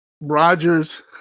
Rodgers